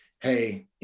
Hey